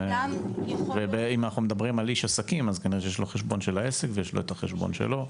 אם אנחנו מדברים על איש עסקים יש לו את החשבון של העסק ואת החשבון שלו.